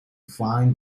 fine